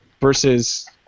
versus